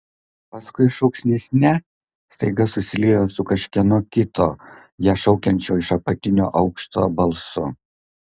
paskui šūksnis ne staiga susiliejo su kažkieno kito ją šaukiančio iš apatinio aukšto balsu